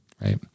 Right